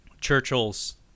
churchill's